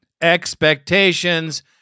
expectations